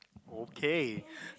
okay